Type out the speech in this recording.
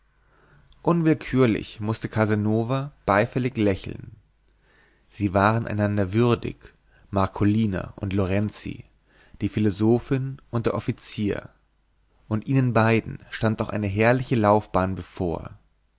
unwillkürlich mußte casanova beifällig lächeln sie waren einander würdig marcolina und lorenzi die philosophin und der offizier und ihnen beiden stand noch eine herrliche laufbahn bevor